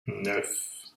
neuf